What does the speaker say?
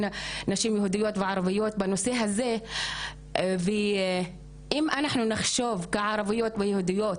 נשים יהודיות וערביות בנושא הזה ואם אנחנו נחשוב כערביות ויהודיות